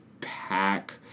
pack